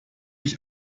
ich